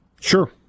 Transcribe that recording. Sure